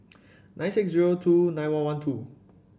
nine six zero two nine one one two